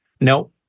No